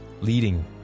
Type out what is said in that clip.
leading